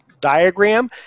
diagram